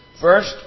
First